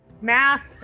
Math